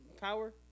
Power